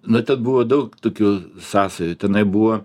na ten buvo daug tokių sąsajų tenai buvo